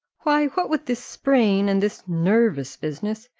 why, what with this sprain, and this nervous business,